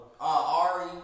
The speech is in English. Ari